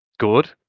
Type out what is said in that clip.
good